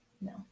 No